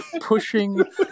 pushing